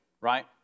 right